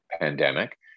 pandemic